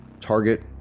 target